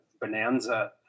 bonanza